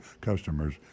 customers